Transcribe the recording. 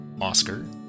Oscar